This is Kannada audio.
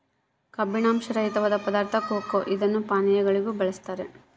ಕಬ್ಬಿನಾಂಶ ರಹಿತವಾದ ಪದಾರ್ಥ ಕೊಕೊ ಇದನ್ನು ಪಾನೀಯಗಳಿಗೂ ಬಳಸ್ತಾರ